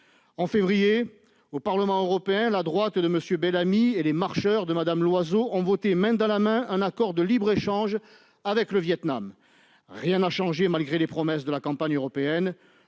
En février, au Parlement européen, la droite de M. Bellamy et les marcheurs de Mme Loiseau ont voté main dans la main un accord de libre-échange avec le Vietnam. Rien n'a changé, malgré les promesses de la campagne des